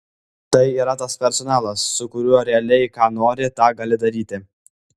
tai yra tas personalas su kuriuo realiai ką nori tą gali daryti